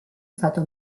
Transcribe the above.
stato